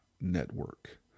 network